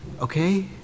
Okay